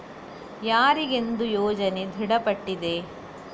ಯಾರಿಗೆಂದು ಯೋಜನೆ ದೃಢಪಟ್ಟಿದೆ?